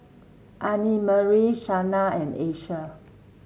Annemarie Shana and Asia